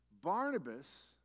Barnabas